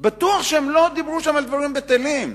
בטוח שהם לא דיברו שם על דברים בטלים.